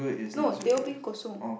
no teh o peng ko-song